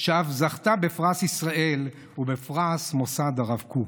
שאף זכתה בפרס ישראל ובפרס מוסד הרב קוק.